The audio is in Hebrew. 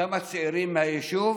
כמה צעירים מהיישוב